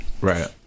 Right